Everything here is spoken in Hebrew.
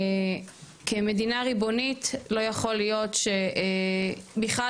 כמדינה ריבונית לא יכול להיות שיש שבכלל